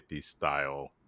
style